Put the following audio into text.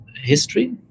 history